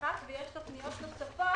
ו-22א לפקודת הקרקעות (רכישה לצרכי ציבור),